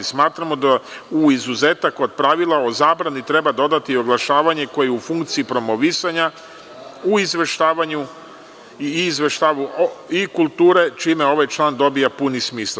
Smatramo da u izuzetak od pravila o zabrani treba dodati i oglašavanje koje je u funkciji promovisanja u izveštavanju i kulture, čime ovaj član dobija puni smisao.